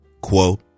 quote